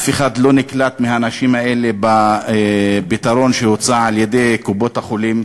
אף אחד מהאנשים האלה לא נקלט בפתרון שהוצע על-ידי קופות-החולים.